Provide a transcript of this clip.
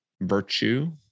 virtue